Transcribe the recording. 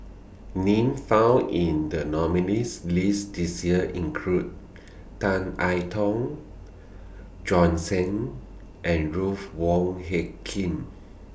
Names found in The nominees' list This Year include Tan I Tong Bjorn Shen and Ruth Wong Hie King